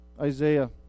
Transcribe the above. Isaiah